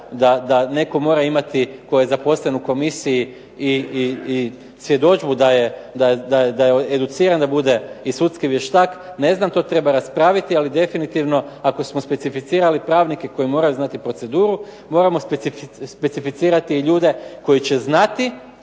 da netko mora imati tko je zaposlen u komisiji i svjedodžbu da je educiran da bude i sudski vještak, ne znam to treba raspraviti. Ali definitivno, ako smo specificirali pravnike koji moraju znati proceduru moramo specificirati i ljude koji će znati